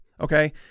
Okay